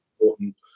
important